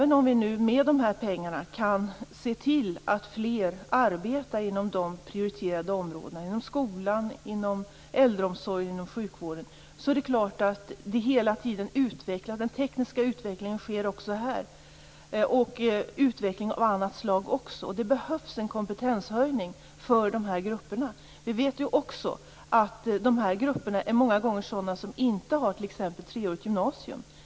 Även om vi nu med de här pengarna kan se till att fler arbetar inom de prioriterade områdena, skolan, äldreomsorgen och sjukvården, är det klart att den tekniska utvecklingen också sker här. Det gäller även utveckling av annat slag. Det behövs alltså en kompetenshöjning för de här grupperna. Vi vet också att de här grupperna många gånger består av sådana som t.ex. inte har treårigt gymnasium.